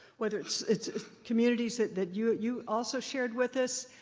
whether it's it's communities that that you you also shared with us,